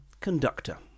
Conductor